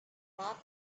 pub